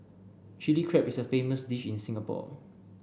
Chilli Crab is a famous dish in Singapore